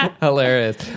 Hilarious